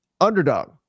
Underdog